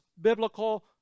biblical